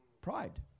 Pride